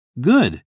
Good